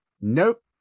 Nope